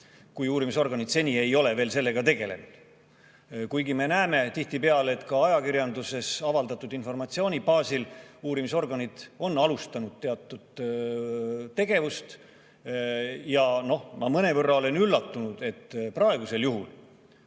kui uurimisorganid seni ei ole veel sellega tegelenud. Kuna me näeme tihtipeale, et ka ajakirjanduses avaldatud informatsiooni baasil on uurimisorganid alustanud teatud tegevust, siis ma olen mõnevõrra üllatunud, et praegusel juhul